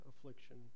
affliction